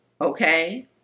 okay